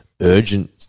urgent